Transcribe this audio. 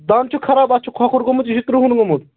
دَنٛد چھُ خراب اَتھ چھُ کھۄکھُر گوٚمُت یہِ چھُ کِرٛہُن گوٚمُت